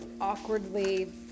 awkwardly